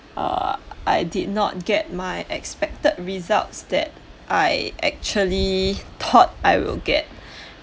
err I did not get my expected results that I actually thought I will get